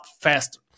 faster